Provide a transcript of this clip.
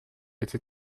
était